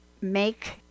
make